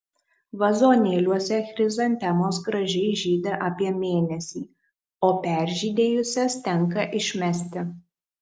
vazonėliuose chrizantemos gražiai žydi apie mėnesį o peržydėjusias tenka išmesti